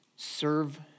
Serve